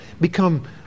become